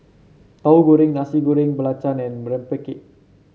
Tauhu Goreng Nasi Goreng Belacan and Rempeyek